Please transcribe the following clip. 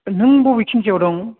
नों बबेथिंजायाव दं